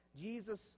Jesus